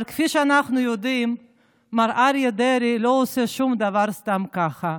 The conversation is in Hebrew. אבל כפי שאנחנו יודעים מר אריה דרעי לא עושה שום דבר סתם כך,